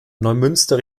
neumünster